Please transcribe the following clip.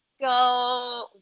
go